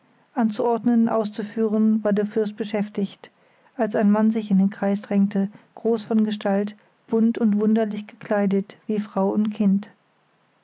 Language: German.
anzuordnen auszuführen war der fürst beschäftigt als ein mann sich in den kreis drängte groß von gestalt bunt und wunderlich gekleidet wie frau und kind